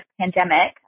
pandemic